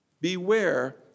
Beware